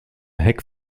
heck